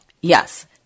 Yes